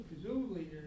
presumably